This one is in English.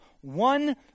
one